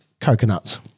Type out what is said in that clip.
coconuts